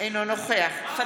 אינו נוכח מה זה, ליברמן נגד